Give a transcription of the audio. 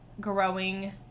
growing